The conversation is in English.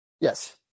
Yes